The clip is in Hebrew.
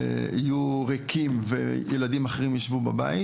יהיו ריקים וילדים אחרים ישבו בבית,